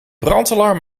brandalarm